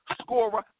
scorer